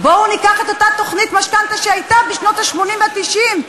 בואו ניקח את אותה תוכנית משכנתה שהייתה בשנות ה-80 וה-90,